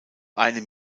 einem